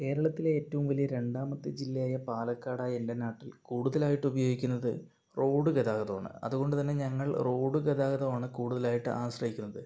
കേരളത്തിലെ ഏറ്റവും വലിയ രണ്ടാമത്ത ജില്ലയായ പാലക്കാടായ എൻ്റെ നാട്ടിൽ കൂടുതലായിട്ട് ഉപയോഗിക്കുന്നത് റോഡ് ഗതാഗതമാണ് അതുകൊണ്ട്തന്നെ ഞങ്ങൾ റോഡ് ഗതാഗതമാണ് കൂടുതലായിട്ട് ആശ്രയിക്കുന്നത്